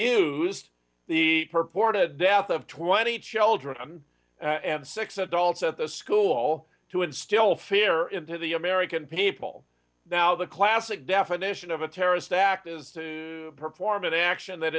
ose the purported death of twenty children and six adults at the school to instill fear into the american people now the classic definition of a terrorist act is to perform an action that